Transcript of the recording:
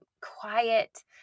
quiet